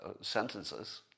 sentences